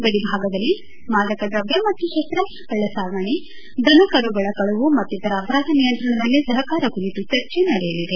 ಗಡಿ ಭಾಗದಲ್ಲಿ ಮಾದಕದ್ರವ್ಯ ಮತ್ತು ಶಸ್ತಾಸ್ತ ಕಳ್ಳಸಾಗಣೆ ದನಕರುಗಳ ಕಳವು ಮತ್ತಿತರ ಅಪರಾಧ ನಿಯಂತ್ರಣದಲ್ಲಿ ಸಹಕಾರ ಕುರಿತ ಚರ್ಚೆ ನಡೆಯಲಿದೆ